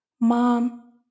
Mom